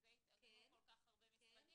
בשביל זה התאגדו כל כך הרבה משרדים.